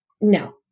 no